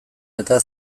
eta